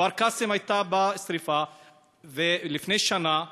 כפר-קאסם, הייתה שם שרפה לפני שנה,